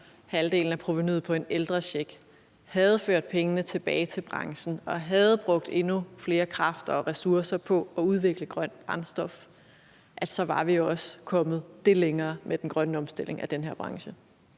halvdelen af provenuet på en ældrecheck havde ført pengene tilbage til branchen og havde brugt endnu flere kræfter og ressourcer på at udvikle grønne brændstoffer, så var vi også kommet det længere med den grønne omstilling af den her branche.